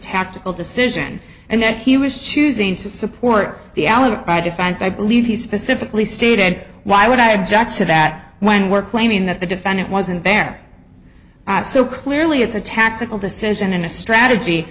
tactical decision and that he was choosing to support the alibi defense i believe he specifically stated why would i object to that when we're claiming that the defendant wasn't there so clearly it's a tactical decision and a strategy